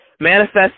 manifest